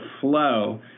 flow